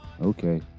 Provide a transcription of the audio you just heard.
Okay